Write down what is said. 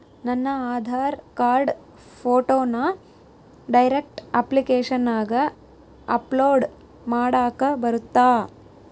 ನನ್ನ ಆಧಾರ್ ಕಾರ್ಡ್ ಫೋಟೋನ ಡೈರೆಕ್ಟ್ ಅಪ್ಲಿಕೇಶನಗ ಅಪ್ಲೋಡ್ ಮಾಡಾಕ ಬರುತ್ತಾ?